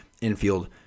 infield